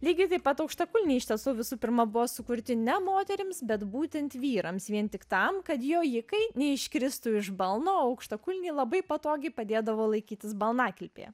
lygiai taip pat aukštakulniai iš tiesų visų pirma buvo sukurti ne moterims bet būtent vyrams vien tik tam kad jojikai neiškristų iš balno o aukštakulniai labai patogiai padėdavo laikytis balnakilpėje